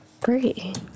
Great